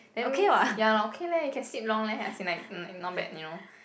then means ya lor okay leh you can sleep long leh as in like mm not bad you know